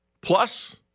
Plus